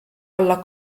alla